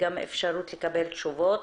וגם מבחינת אפשרות לקבל תשובות.